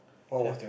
have